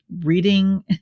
reading